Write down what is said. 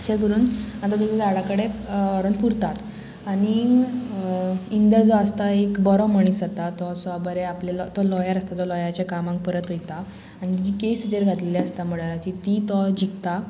अशें करून आतां तो त्या झाडा कडेन व्हरोन पुरता आनी इंदर जो आसता एक बरो मणीस जाता तो बरे आपल्या तो लॉयर आसता तो लॉयराच्या कामाक परत वयता आनी जी केस तेजेर घातलेली आसता मर्डराची ती तो जिकता